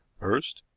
first,